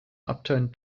upturned